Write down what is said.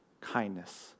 kindness